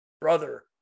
brother